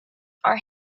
are